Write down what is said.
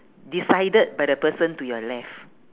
decided by the person to your left